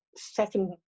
second